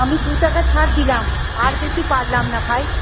আমি দু টাকা ছার দিলাম আর বেশি পারলাম না ভাই